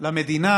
למדינה